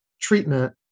treatment